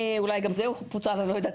אולי גם זה פוצל אני לא יודעת,